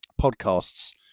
podcasts